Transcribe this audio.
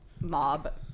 mob